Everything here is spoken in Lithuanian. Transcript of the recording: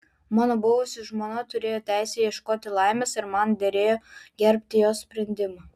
mano buvusi žmona turėjo teisę ieškoti laimės ir man derėjo gerbti jos sprendimą